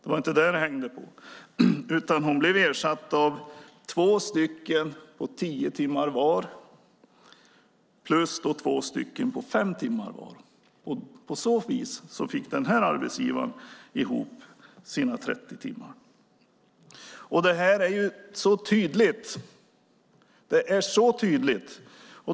Det var inte det som det hängde på. Hon blev ersatt av två på tio timmar var plus två på fem timmar var. På så vis fick den här arbetsgivaren ihop sina 30 timmar. Det är så tydligt!